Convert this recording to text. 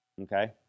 Okay